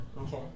Okay